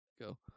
go